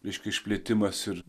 reiškia išplėtimas ir